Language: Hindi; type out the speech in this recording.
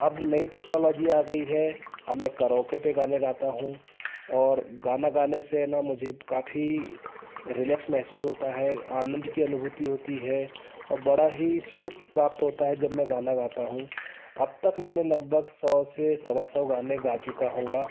अब नई टेक्नोलॉजी आ गई है अब मैं करोके पर गाने गाता हूँ और गाना गाने से ना मुझे काफ़ी रिलैक्स महसूस होता है आनंद की अनुभूति होती है और बड़ा ही सुख प्राप्त होता है जब मैं गाना गाता हूँ अब तक मैंने लगभग सौ से सवा सौ गाने गा चुका होऊँगा